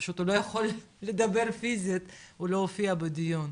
פשוט הוא לא יכול לדבר פיזית הוא לא הופיע בדיון,